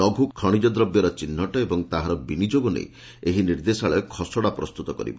ଲଘୁ ଖଶିଜଦ୍ରବ୍ୟର ଚିହ୍ଟ ତଥା ତାହାର ବିନିଯୋଗ ନେଇ ଏହି ନିର୍ଦ୍ଦେଶାଳୟ ଖସଡ଼ା ପ୍ରସ୍ତତ କରିବ